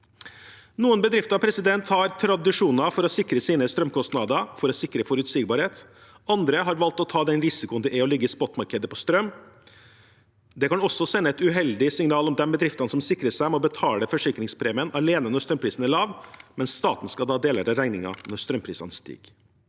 Noen bedrifter har tradisjoner for å sikre sine strømkostnader for å sikre forutsigbarhet, andre har tatt den risikoen det er å ligge i spotmarkedet på strøm. Det kan også sende et uheldig signal om at de bedriftene som sikrer seg, må betale forsikringspremien alene når strømprisen er lav, mens staten skal ta deler av regningen når strømprisene stiger.